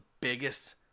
biggest